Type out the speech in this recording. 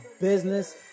business